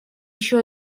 еще